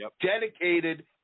dedicated